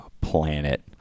planet